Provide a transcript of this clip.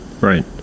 Right